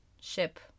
ship